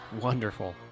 Wonderful